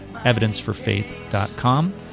evidenceforfaith.com